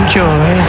joy